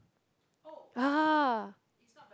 uh